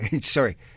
sorry